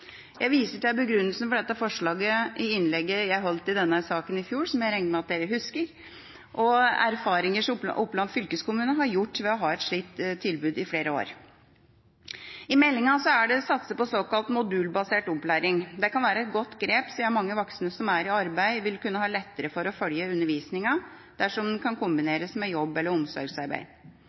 Jeg viser til begrunnelsen for dette forslaget i innlegget jeg holdt i denne saken i fjor – som jeg regner med at forsamlingen husker – og erfaringer som Oppland fylkeskommune har gjort ved å ha et slikt tilbud i flere år. I meldinga er det satset på såkalt modulbasert opplæring. Det kan være et godt grep, siden mange voksne som er i arbeid, vil kunne ha lettere for å følge undervisningen dersom den kan kombineres med jobb eller omsorgsarbeid.